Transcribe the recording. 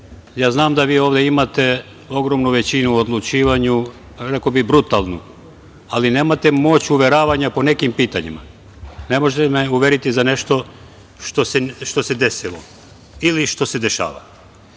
Znam da vi ovde imate ogromnu većinu u odlučivanju, rekao bih brutalnu, ali nemate moć uveravanja po nekim pitanjima. Ne možete me uveriti za nešto što se desilo ili što se dešava. Kažete,